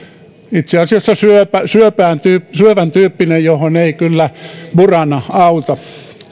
itse asiassa syövän syövän tyyppinen johon ei kyllä burana auta